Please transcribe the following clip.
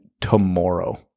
tomorrow